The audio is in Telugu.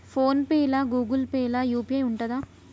ఫోన్ పే లా గూగుల్ పే లా యూ.పీ.ఐ ఉంటదా?